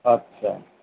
আচ্ছা